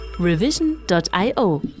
Revision.io